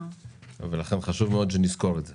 ולכן חשוב מאוד שנזכור את זה.